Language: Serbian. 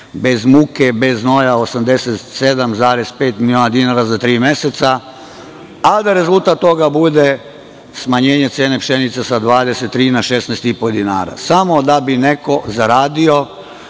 bez muke, bez znoja, 87,5 miliona dinara, za tri meseca, a da rezultat toga bude smanjenje cene pšenice sa 23 na 16,5 dinara, samo da bi neko zaradio